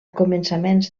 començaments